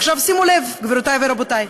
עכשיו, שימו לב, גבירותי ורבותי: